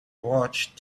watched